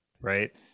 right